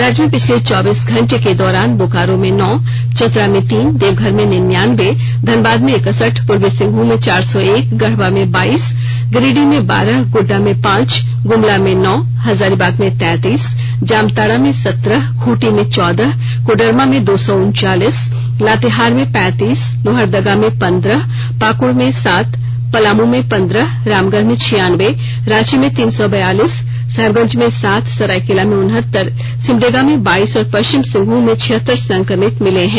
राज्य में पिछले चौबीस घंटे के दौरान बोकारो में नौ चतरा में तीन देवघर में निनायबे धनबाद में इक्सठ पूर्वी सिंहमूम में चार सौ एक गढ़वा में बाईस गिरिडीह में बारह गोड्डा में पांच गमला में नौ हजारीबाग में तैतीस जामताडा में सत्रह खूंटी में चौदह कोडरमा में दो सौ उनचालीस लातेहार में पैतीस लोहरदगा में पंद्रह पाकुड़ में सात पलामू में पंद्रह रामगढ़ में छियानब्बे रांची में तीन सौ बयालीस साहेबगंज में सात सरायकेला में उनहत्तर सिमडेगा में बाईस और पश्चिम सिंहभूम में छियहत्तर संक्रमित मिले हैं